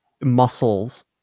muscles